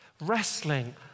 Wrestling